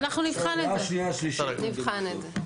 אנחנו נבחן את זה.